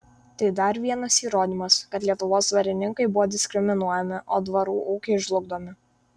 tai dar vienas įrodymas kad lietuvos dvarininkai buvo diskriminuojami o dvarų ūkiai žlugdomi